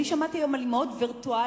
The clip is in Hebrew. אני שמעתי היום על אמהות וירטואליות.